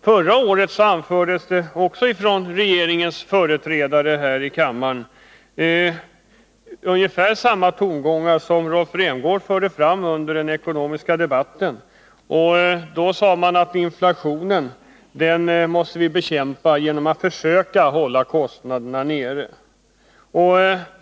Förra året hördes från regeringens företrädare här i kammaren ungefär samma tongångar som Rolf Rämgård anslog under den ekonomiska debatten häromdagen. Då sade man att inflationen måste vi bekämpa genom att försöka hålla kostnaderna nere.